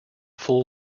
full